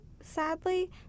sadly